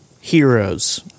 heroes